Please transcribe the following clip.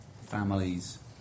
families